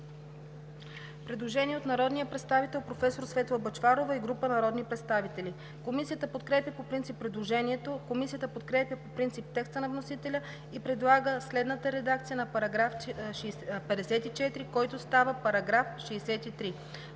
предложение от народния представител Светла Бъчварова и група народни представители. Комисията подкрепя по принцип предложението. Комисията подкрепя по принцип текста на вносителя и предлага следната редакция на § 31, който става § 37: „§ 37.